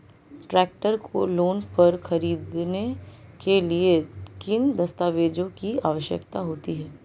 Tractor को loan पर खरीदने के लिए किन दस्तावेज़ों की आवश्यकता होती है?